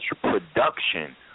production